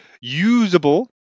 usable